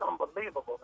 unbelievable